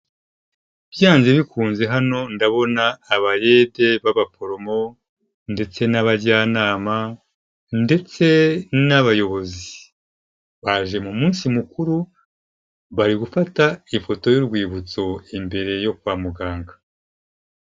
Byanze bikunze hano ndabona abayete b'abaporomo ndetse n'abajyanama ndetse n'abayobozi baje mu munsi mukuru bari gufata ifoto y'urwibutso imbere yo kwa muganga